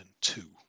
two